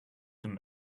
them